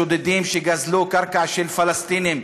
שודדים שגזלו קרקע של פלסטינים,